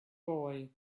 boy